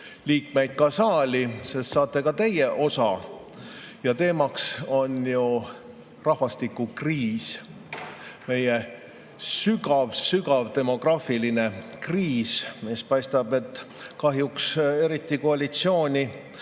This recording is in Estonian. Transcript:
saali, siis saate ka teie osa. Teema on ju rahvastikukriis, meie sügav-sügav demograafiline kriis, mis, paistab, kahjuks eriti koalitsiooni